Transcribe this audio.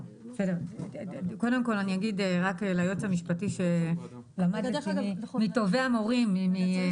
קודם כל אגיד ליועץ המשפטי שלמדתי מטובי המורים --- צריך